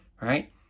right